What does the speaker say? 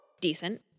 decent